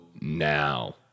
now